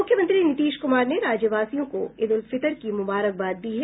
मुख्यमंत्री नीतीश कुमार ने राज्यवासियों को ईद उल फितर की मुबारकबाद दी है